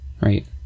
right